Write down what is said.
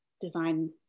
design